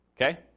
Okay